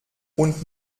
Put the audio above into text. und